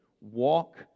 Walk